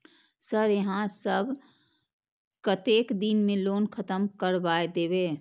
Sir यहाँ सब कतेक दिन में लोन खत्म करबाए देबे?